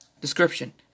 Description